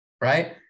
right